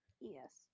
Yes